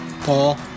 Paul